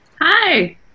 Hi